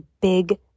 big